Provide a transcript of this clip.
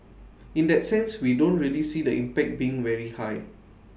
in that sense we don't really see the impact being very high